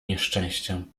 nieszczęściem